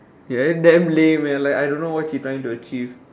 ya lah then damn lame leh I don't know what she trying to achieve